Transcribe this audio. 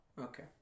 Okay